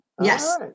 Yes